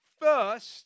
first